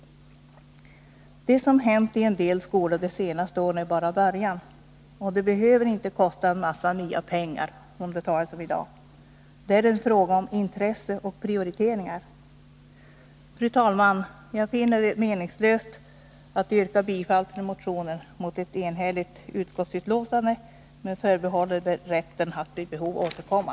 Det som hänt på detta område i en del skolor de senaste åren är bara början. Dansundervisning behöver inte kosta en mängd nya pengar. Det är snarare en fråga om intresse och prioriteringar. Fru talman! Jag finner det meningslöst att mot ett enhälligt utskott yrka bifall till motionen, men jag förbehåller mig rätten att vid behov få återkomma.